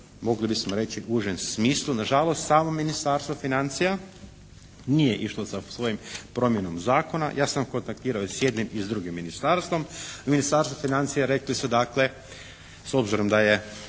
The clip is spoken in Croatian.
mogli bismo reći užem smislu. Na žalost samo Ministarstvo financija nije išlo sa svojom promjenom zakona. Ja sam kontaktirao i s jednim i s drugim ministarstvom. Ministarstvo financija rekli su dakle s obzirom da su